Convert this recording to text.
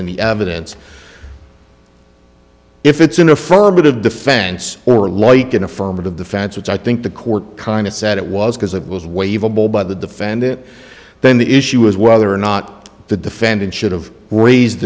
the evidence if it's an affirmative defense or like an affirmative defense which i think the court kind of said it was because it was waive a blow by the defendant then the issue is whether or not the defendant should have raised